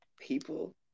people